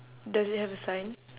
does it have a sign